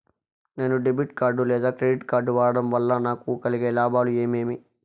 నేను debit card లేదా credit card వాడడం వల్ల నాకు కలిగే లాభాలు ఏమేమీ?